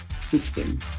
system